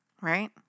right